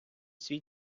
свій